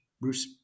Bruce